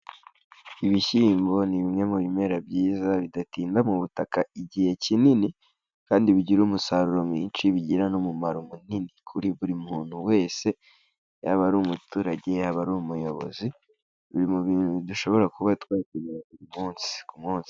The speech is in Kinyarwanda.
Ibishyimbo ni bimwe mu bimera byiza bidatinda mu butaka igihe kinini, kandi bigira umusaruro mwinshi, bigira n'umumaro munini kuri buri muntu wese, yaba ari umuturage, yaba ari umuyobozi. Biri mu bintu dushobora kuba twakenera umunsi ku munsi.